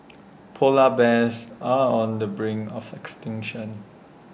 Polar Bears are on the brink of extinction